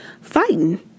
fighting